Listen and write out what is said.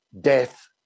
death